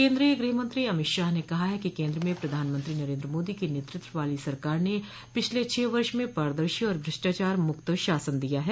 केन्द्रीय गृहमंत्री अमित शाह ने कहा है कि केन्द्र में प्रधानमंत्री नरेन्द्र मोदी के नेतृत्व वाली सरकार ने पिछले छह वर्ष में पारदर्शी और भ्रष्टाचार मुक्त शासन दिया है